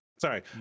sorry